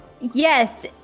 Yes